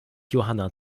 johanna